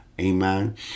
Amen